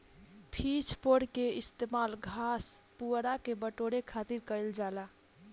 pitch fork के इस्तेमाल घास, पुआरा के बटोरे खातिर कईल जाला